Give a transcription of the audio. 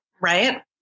Right